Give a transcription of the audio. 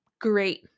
great